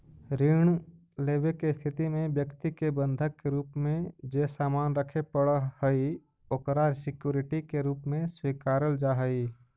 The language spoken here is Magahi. ऋण लेवे के स्थिति में व्यक्ति के बंधक के रूप में जे सामान रखे पड़ऽ हइ ओकरा सिक्योरिटी के रूप में स्वीकारल जा हइ